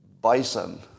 bison